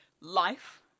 life